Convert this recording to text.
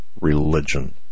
religion